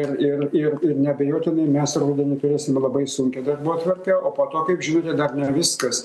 ir ir ir neabejotinai mes rudenį turėsime labai sunkią darbotvarkę o po to kaip žiūri dar ne viskas